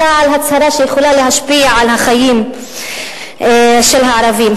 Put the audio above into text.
אלא על הצהרה שיכולה להשפיע על החיים של הערבים,